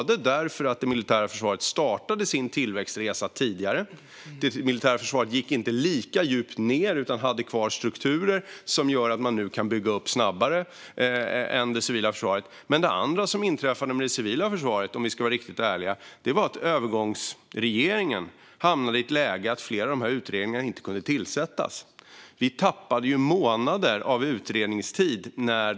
Det militära försvaret startade sin tillväxtresa tidigare. Det militära försvaret gick inte lika djupt ned utan hade kvar strukturer som gör att det nu kan byggas upp snabbare än det civila försvaret. Det andra som inträffade med det civila försvaret, om vi ska vara riktigt ärliga, var att övergångsregeringen hamnade i ett läge där flera utredningar inte kunde tillsättas. Vi tappade månader av utredningstid.